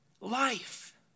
life